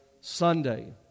Sunday